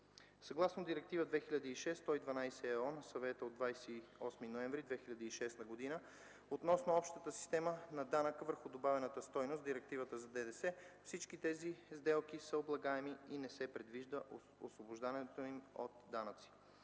Съгласно Директива 2006/112/ЕО на Съвета от 28 ноември 2006 г. относно общата система на данъка върху добавената стойност (Директивата за ДДС) всички тези сделки са облагаеми и не се предвижда освобождаването им от данъци.